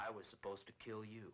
i was supposed to kill you